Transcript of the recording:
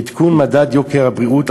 עדכון מדד יוקר הבריאות,